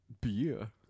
Beer